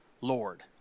Lord